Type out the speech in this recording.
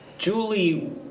Julie